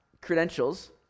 credentials